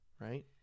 right